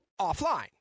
offline